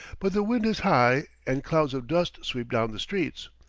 but the wind is high, and clouds of dust sweep down the streets.